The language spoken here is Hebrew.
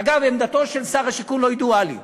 אגב, עמדתו של שר השיכון לא ידועה לי,